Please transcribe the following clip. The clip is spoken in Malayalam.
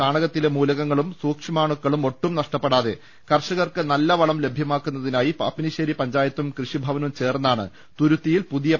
ചാണകത്തിലെ മൂലകങ്ങളും സൂക്ഷ്മാഷ്മാണുക്കളും ഒട്ടും നഷ്ടപ്പെടാതെ കർഷകർക്ക് നല്ല വളം ലഭ്യമാക്കുന്നതിനായി പാപ്പിനിശ്ശേരി പഞ്ചായത്തും കൃഷിഭവനും ചേർന്നാണ് തുരുത്തിയിൽ പുതിയ പദ്ധതി തുടങ്ങിയത്